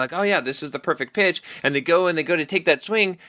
like oh, yeah. this is the perfect pitch. and they go and they go to take that swing,